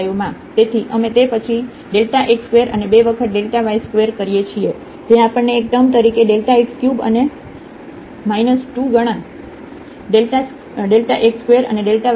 તેથી અમે તે પછી xસ્ક્વેર અને 2 વખત yસ્ક્વેર કરીએ છીએ જે આપણને એક ટૅમ તરીકે x ક્યુબ અને 2 ગણા x સ્ક્વેર અને yટૅમ આપશે